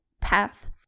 path